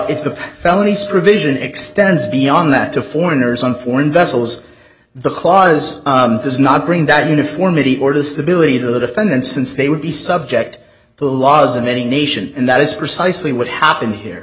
if the felonies provision extends beyond that to foreigners on foreign vessels the clause does not bring that uniformity or disability to the defendant since they would be subject to laws in any nation and that is precisely what happened here